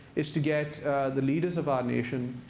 is to get the leaders of our nation,